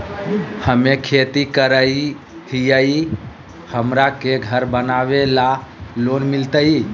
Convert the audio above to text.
हमे खेती करई हियई, हमरा के घर बनावे ल लोन मिलतई?